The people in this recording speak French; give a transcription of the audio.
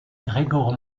gregor